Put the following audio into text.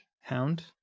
Hound